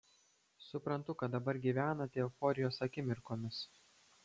suprantu kad dar gyvenate euforijos akimirkomis